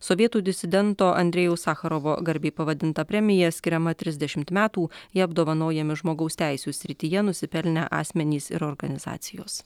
sovietų disidento andrejaus sacharovo garbei pavadinta premija skiriama trisdešimt metų ja apdovanojami žmogaus teisių srityje nusipelnę asmenys ir organizacijos